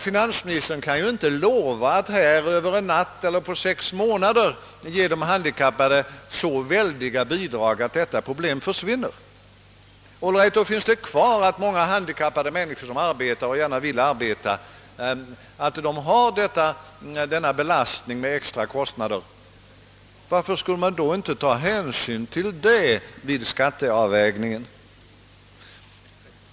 Finansministern kan ju inte lova att över en natt eller om sex månader ge de handikappade så väldiga bidrag att detta problem försvinner. Och då kvarstår alltså att många handikappade, som arbetar och gärna vill arbeta, har den belastning som dessa extra kostnader utgör. Varför skall man då inte ta hänsyn härtill vid skatteavvägningen?